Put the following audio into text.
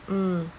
mm